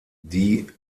die